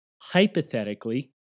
hypothetically